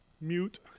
mute